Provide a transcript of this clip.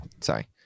sorry